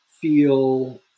feel